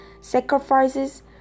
sacrifices